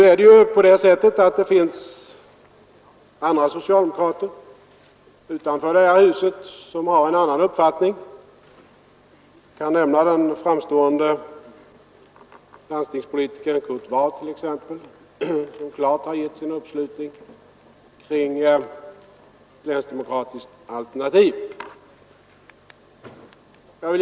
Nu finns det emellertid andra socialdemokrater — utanför den här kammaren — som har en annan uppfattning. Jag kan nämna den framstående landstingspolitikern Kurt Ward som klart gett sin anslutning till en vidgad länsdemokrati.